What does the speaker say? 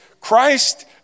Christ